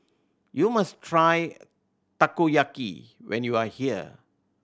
you must try Takoyaki when you are here